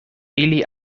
ili